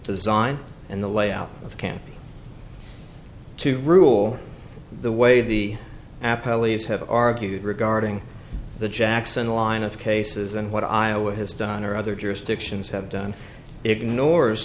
design and the layout of the camp to rule the way the app ollie's have argued regarding the jackson line of cases and what iowa has done or other jurisdictions have done ignores